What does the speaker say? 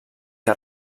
que